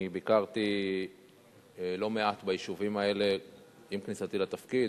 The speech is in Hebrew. אני ביקרתי לא מעט ביישובים האלה עם כניסתי לתפקיד,